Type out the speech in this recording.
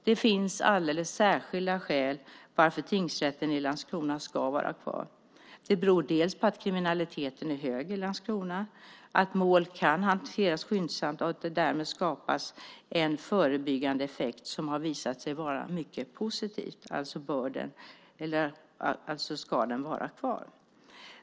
Det finns alldeles särskilda skäl till att tingsrätten i Landskrona ska vara kvar. Det beror bland annat på att kriminaliteten är högre i Landskrona. Mål kan hanteras skyndsamt, och därmed skapas en förebyggande effekt som har visat sig vara mycket positiv. Den ska alltså vara kvar.